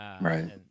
Right